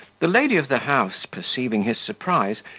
the lady of the house perceiving his surprise,